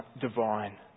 divine